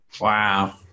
wow